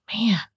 Man